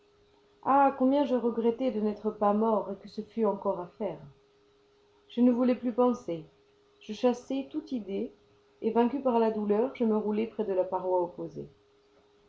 ah combien je regrettai de n'être pas mort et que ce fût encore à faire je ne voulais plus penser je chassai toute idée et vaincu par la douleur je me roulai près de la paroi opposée